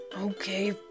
Okay